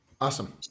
Awesome